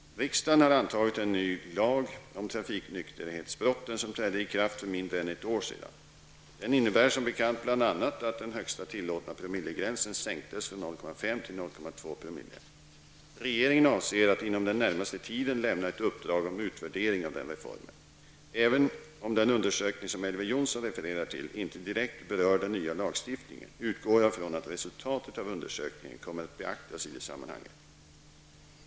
Riksdagen har antagit en ny lag om trafiknykterhetsbrotten, som trädde i kraft för mindre än ett år sedan. Den innebär som bekant bl.a. att den högsta tillåtna promillegränsen sänktes från 0,5 till 0,2 promille. Regeringen avser att inom den närmaste tiden lämna ett uppdrag om utvärdering av den reformen. Även om den undersökning som Elver Jonsson refererar till inte direkt berör den nya lagstiftningen, utgår jag från att resultatet av undersökningen kommer att beaktas i det sammanhanget.